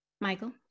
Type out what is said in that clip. michael